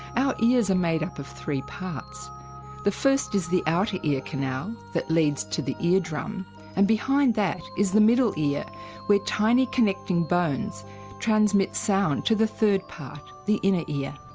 our ears are made up of three parts the first is the outer ear canal that leads to the eardrum and behind that is the middle ear where tiny connecting bones transmit sound to the third part, the inner ear.